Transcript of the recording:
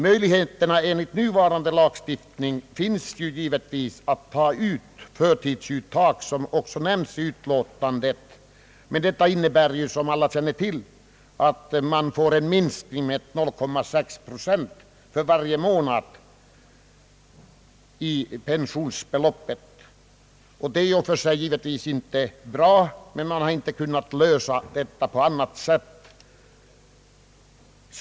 Enligt nuvarande lagstiftning finns givetvis möjligheten att göra förtidsuttag, vilket också nämns i utlåtandet, men detta innebär som alla känner till en minskning av pensionen med 0,6 procent för varje månad. Detta är givetvis i och för sig inte bra, men man har inte kunnat lösa denna fråga på annat sätt.